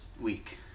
week